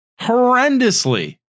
horrendously